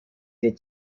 des